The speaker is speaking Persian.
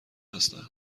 هستند